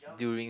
during